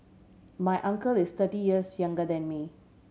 my uncle is thirty years younger than me